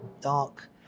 dark